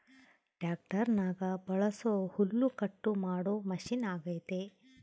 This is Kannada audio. ಟ್ಯಾಕ್ಟರ್ನಗ ಬಳಸೊ ಹುಲ್ಲುಕಟ್ಟು ಮಾಡೊ ಮಷಿನ ಅಗ್ಯತೆ